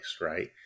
Right